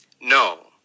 no